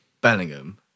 Bellingham